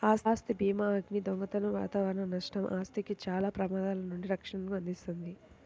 ఆస్తి భీమాఅగ్ని, దొంగతనం వాతావరణ నష్టం, ఆస్తికి చాలా ప్రమాదాల నుండి రక్షణను అందిస్తుంది